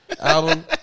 Album